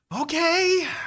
Okay